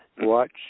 watch